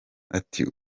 ati